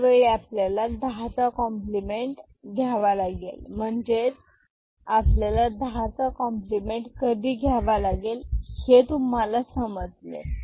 यावेळी आपल्याला दहाचा कॉम्प्लिमेंट घ्यावा लागेल म्हणजे आपल्याला दहाचा कॉम्प्लिमेंट कधी घ्यावा लागेल हे तुम्हाला समजले